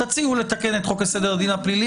תציעו לתקן את חוק סדר הדין הפלילי,